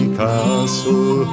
castle